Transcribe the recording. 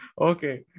Okay